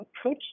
approach